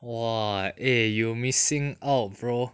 !wah! eh you missing out bro